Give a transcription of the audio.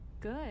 good